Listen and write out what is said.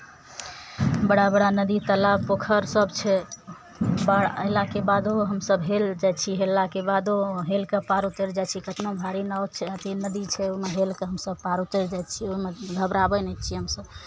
बड़ा बड़ा नदी तालाब पोखरिसभ छै बाढ़ि अयलाके बादो हमसभ हेलि जाइ छी हेललाके बादो हेलि कऽ पार उतरि जाइ छै कितना भारी नाव छै अथी नदी छै ओहिमे हेलि कऽ हमसभ पार उतरि जाइ छी ओहिमे घबराबै नहि छी हमसभ